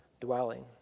dwelling